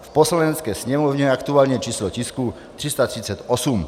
V Poslanecké sněmovně je aktuálně číslo tisku 338.